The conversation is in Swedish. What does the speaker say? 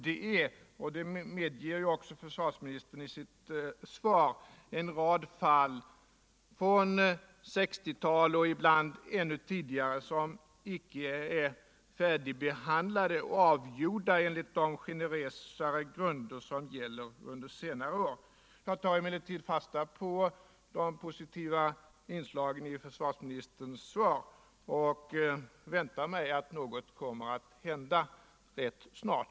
Det finns — detta medger ju också försvarsministern i sitt svar — en rad fall från 1960-talet eller ibland ännu tidigare som ännu icke är färdigbehandlade och avgjorda enligt de generösare grunder som gäller under senare år. Jag tar emellertid fasta på de positiva inslagen i försvarsministerns svar och väntar mig att någonting positivt kommer att hända rätt snart.